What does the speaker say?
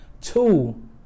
Two